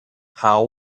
how